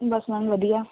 ਬਸ ma'am ਵਧੀਆ